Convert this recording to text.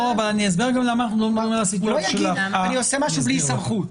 הוא לא יגיד שהוא עושה משהו בלי סמכות.